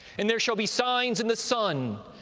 and there shall be signs in the sun,